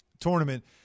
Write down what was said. tournament